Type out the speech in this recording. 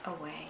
away